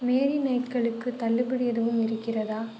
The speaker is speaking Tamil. மேரினேட்களுக்கு தள்ளுபடி எதுவும் இருக்கிறதா